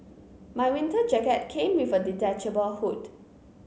my winter jacket came with a detachable hood